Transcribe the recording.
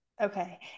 Okay